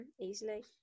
easily